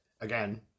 again